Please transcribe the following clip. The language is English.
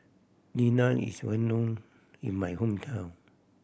is well known in my hometown